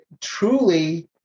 truly